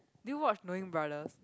do you watch knowing brothers